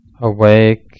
awake